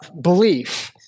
belief